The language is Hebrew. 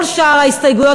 כל שאר ההסתייגויות,